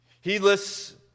Heedless